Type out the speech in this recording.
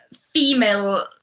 female